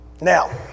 Now